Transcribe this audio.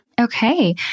Okay